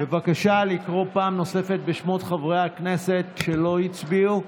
בבקשה לקרוא פעם נוספת בשמות חברי הכנסת שלא הצביעו.